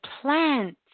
plants